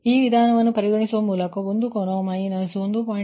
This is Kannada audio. ಈ ವಿಧಾನವನ್ನು ಪರಿಗಣಿಸುವ ಮೂಲಕ ಒಂದು ಕೋನವು ಮೈನಸ್ 1